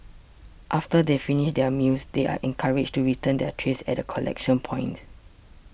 after they finish their meals they are encouraged to return their trays at a collection point